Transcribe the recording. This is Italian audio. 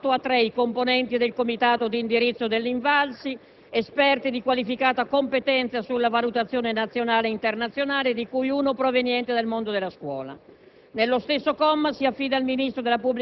Il comma 5 riduce da otto a tre i componenti del comitato di indirizzo dell'INVALSI, esperti di qualificata competenza sulla valutazione nazionale e internazionale, di cui uno proveniente dal mondo della scuola.